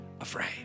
afraid